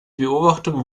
beobachtung